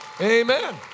Amen